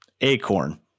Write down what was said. Acorn